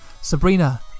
Sabrina